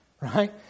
Right